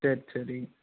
சரி சரி